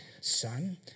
son